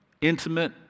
intimate